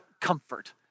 comfort